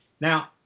Now